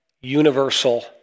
universal